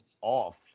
off